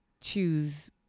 choose